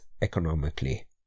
economically